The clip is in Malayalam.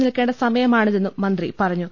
നിൽ ക്കേണ്ട സമയമാണിതെന്നും മന്ത്രി പറഞ്ഞു